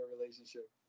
relationship